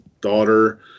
daughter